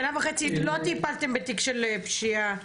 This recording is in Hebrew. שנה וחצי לא טיפלתם בתיק של פשיעה מהמשטרה.